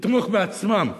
לתמוך בעצמם.